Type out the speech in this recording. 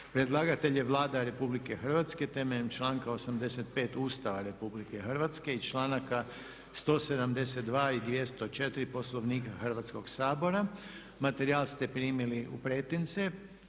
Predlagatelj je Vlada RH temeljem članka 85. Ustava RH i članaka 172, 204, 206 Poslovnika Hrvatskog sabora. Materijal ste primili u pretince.